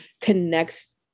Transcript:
connects